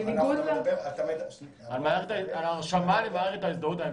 אני מדבר על ההרשמה למערכת ההזדהות הממשלתית.